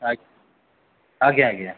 ଆଜ୍ଞା ଆଜ୍ଞା ଆଜ୍ଞା